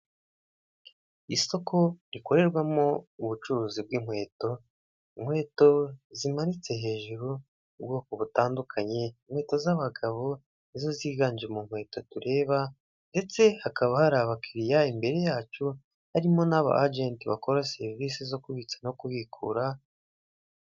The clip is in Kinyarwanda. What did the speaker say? isoko rikorerwamo ubucuruzi bw'inkweto inkweto zimanitse hejuru ubwoko butandukanye inkweto zabagabo nizo ziganje mu nkweto tureba ndetse hakaba hari abakiriya imbere yacu harimo n'aba agent bakora serivisi zo kubitsa no kubikura. Isoko rikorerwamo ubucuruzi bw'inkweto, inkweto zimanitse hejuru, ubwoko butandukanye. Inkweto zabagabo nizo ziganje mu nkweto tureba, ndetse hakaba hari abakiriya imbere yacu, harimo n'aba ajenti bakora serivisi zo kubitsa no kubikura.